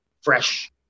fresh